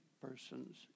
persons